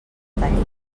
talli